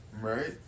Right